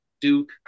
Duke